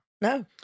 No